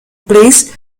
place